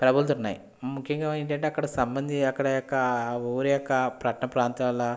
ప్రభలుతున్నాయి ముఖ్యంగా ఏంటంటే అక్కడ ఎక్కడ సంబంధి అక్కడ యొక్క ఊరి యొక్క పట్టణ ప్రాంతాల్లో